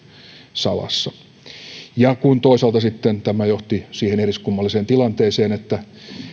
salassa kun toisaalta sitten tämä johti siihen eriskummalliseen tilanteeseen että